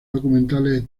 documentales